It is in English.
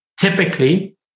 Typically